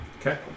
Okay